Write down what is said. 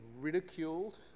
ridiculed